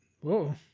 whoa